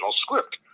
script